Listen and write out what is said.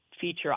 feature